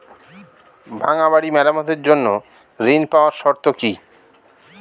ভাঙ্গা বাড়ি মেরামতের জন্য ঋণ পাওয়ার শর্ত কি?